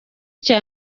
cya